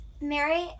Mary